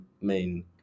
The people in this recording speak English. main